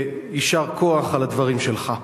ויישר כוח על הדברים שלך.